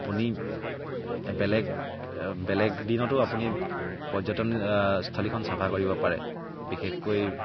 আপুনি বেলেগ বেলেগ দিনতো আপুনি পৰ্যটন স্থলীখন চাফা কৰিব পাৰে বিশেষকৈ